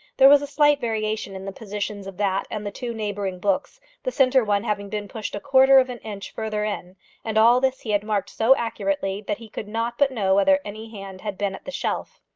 there was a slight variation in the positions of that and the two neighbouring books, the centre one having been pushed a quarter of an inch further in and all this he had marked so accurately that he could not but know whether any hand had been at the shelf.